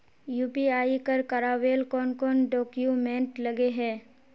UPI कर करावेल कौन कौन डॉक्यूमेंट लगे है?